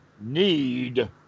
need